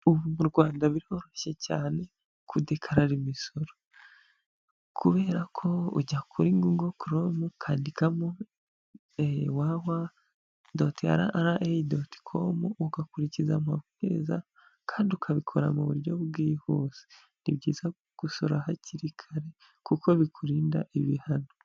Ubu mu Rwanda biroroshye cyane kudukarara imisoro, kubera ko ujya kuri google chrome ukandikamo WWW.RRA.COM ugakurikiza amabwiriza kandi ukabikora mu buryo bwihuse. Ni byiza gusora hakiri kare kuko bikurinda ibihano.